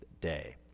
day